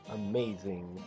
amazing